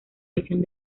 lesión